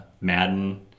Madden